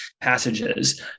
passages